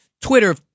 Twitter